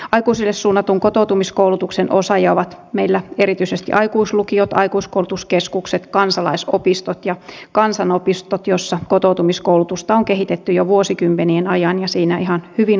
aikuisille suunnatun kotoutumiskoulutuksen osaajia ovat meillä erityisesti aikuislukiot aikuiskoulutuskeskukset kansalaisopistot ja kansanopistot joissa kotoutumiskoulutusta on kehitetty jo vuosikymmenien ajan ja siinä on ihan hyvin onnistuttu